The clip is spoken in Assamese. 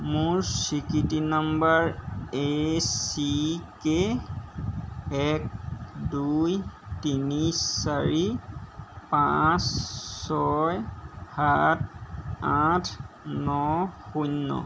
মোৰ স্বীকৃতি নম্বৰ এ চি কে এক দুই তিনি চাৰি পাঁচ ছয় সাত আঠ ন শূন্য